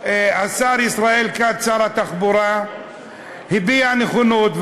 והשר ישראל כץ שר התחבורה הביע נכונות.